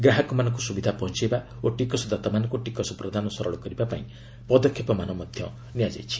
ଗ୍ରାହକମାନଙ୍କୁ ସୁବିଧା ପହଞ୍ଚାଇବା ଓ ଟିକସଦାତାମାନଙ୍କୁ ଟିକସ ପ୍ରଦାନ ସରଳ କରିବାପାଇଁ ପଦକ୍ଷେପମାନ ମଧ୍ୟ ନିଆଯାଉଛି